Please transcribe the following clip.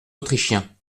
autrichiens